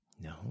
No